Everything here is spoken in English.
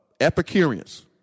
Epicureans